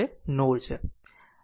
node છે